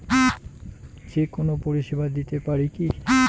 যে কোনো পরিষেবা দিতে পারি কি?